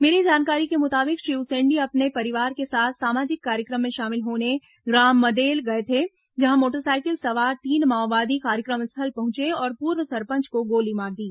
मिली जानकारी के मुताबिक श्री उसेंडी अपने परिवार के साथ सामाजिक कार्यक्रम में शामिल होने ग्राम मदले गए थे जहां मोटरसाइकिल सवार तीन माओवादी कार्यक्रम स्थल पहुंचे और पूर्व सरपंच को गोली मार दी